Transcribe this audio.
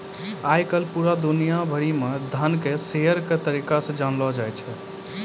आय काल पूरे दुनिया भरि म धन के शेयर के तरीका से जानलौ जाय छै